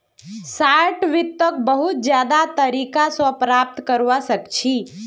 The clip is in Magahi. शार्ट वित्तक बहुत ज्यादा तरीका स प्राप्त करवा सख छी